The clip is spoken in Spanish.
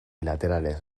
laterales